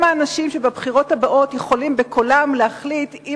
הם האנשים שבבחירות הבאות יכולים בקולם להחליט אם